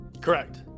Correct